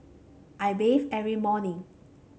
I bathe every morning